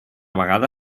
vegada